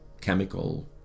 chemical